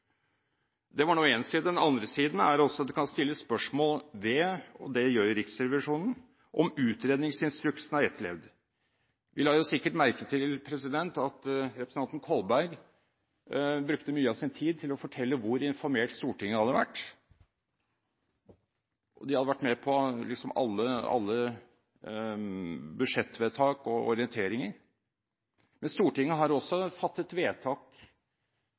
Stortinget, var større enn det man hadde hjemmel for i stortingsvedtak. Det er én side. Den andre siden er at det også kan stilles spørsmål ved – og det gjør Riksrevisjonen – om utredningsinstruksen er etterlevd. Man la sikkert merke til at representanten Kolberg brukte mye av sin tid til å fortelle hvor informert Stortinget hadde vært – det hadde vært med på alle budsjettvedtak og orienteringer. Men Stortinget har også fattet et vedtak